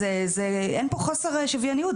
אז אין פה חוסר שוויוניות